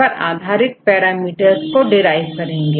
को derive करेंगे